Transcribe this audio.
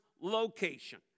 location